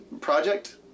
project